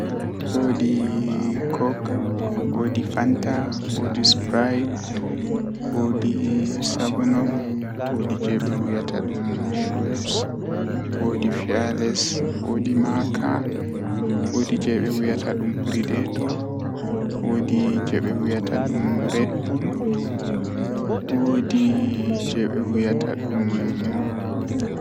Taalel taalel jannata booyel, Woodi nyende feere himbe hefti kubliwol jei mabbititta hala dammugal jei kupli fuu, Be yahi be yecci lamdo wuro lamdo wee be waddina mo kubliwol man ashe woodi suudu feere suudu man don hebbini be ceede jawee moimoy lamdo man sei yahi mabbiti dammugal man nasti hoosi ceede jawe moimoy jei nder saare man fuu, Owari o sassahi himbe wuro man ohokkibe ceede, Omahini be ci'e kala mo wala kare fuu osonni dum kare ohokki be nyamdu kobe nyaama.